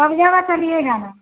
सब जगह चलिएगा ना